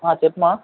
చెప్మా